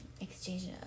exchange